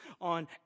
on